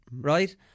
right